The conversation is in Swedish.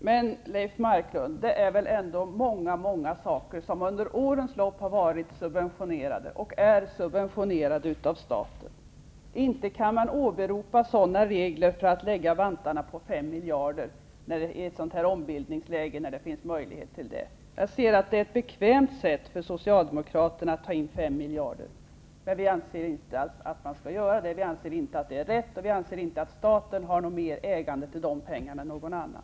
Fru talman! Det är väl ändå mycket, Leif Marklund, som under årens lopp har varit och är subventionerat av staten. Inte kan man åberopa sådana regler för att lägga vantarna på fem miljarder när det i ett ombildningsskede finns möjlighet till det. Det är ett bekvämt sätt för Socialdemokraterna att ta in fem miljarder. Men vi anser inte att man skall göra det. Det är inte rätt, och staten har inte större äganderätt till dessa pengar än någon annan.